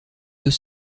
deux